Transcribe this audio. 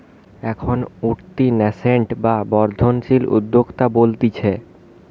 এখন উঠতি ন্যাসেন্ট বা বর্ধনশীল উদ্যোক্তা বলতিছে